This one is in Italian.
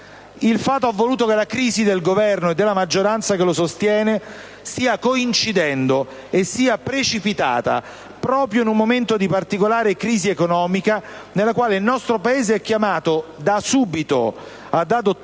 Il fato ha voluto che la crisi del Governo e della maggioranza che lo sostiene stia coincidendo e sia precipitata proprio in un momento di particolare crisi economica nella quale il nostro Paese è chiamato da subito ad adottare